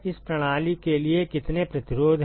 इस प्रणाली के लिए कितने प्रतिरोध हैं